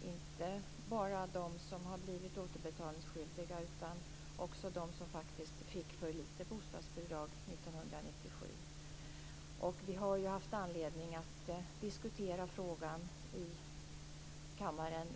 Det gäller inte bara dem som har blivit återbetalningsskyldiga utan också dem som faktiskt fick för litet bostadsbidrag år 1997. Vi har haft anledning att diskutera frågan i kammaren.